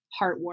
heartwarming